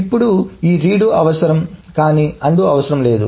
ఇప్పుడు ఈ రీడో అవసరం కానీ అన్డు అవసరం లేదు